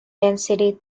density